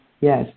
yes